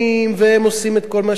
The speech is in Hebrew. והם עושים את כל מה שזה,